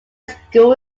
school